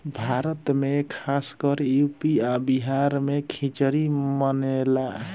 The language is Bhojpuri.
भारत मे खासकर यू.पी आ बिहार मे खिचरी मानेला